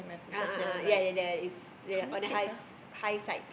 a'ah ah ya ya the is the on the high high side